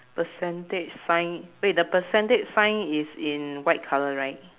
percentage sign wait the percentage sign is in white colour right